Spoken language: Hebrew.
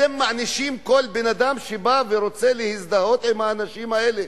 אתם מענישים כל אדם שרוצה להזדהות עם האנשים האלה,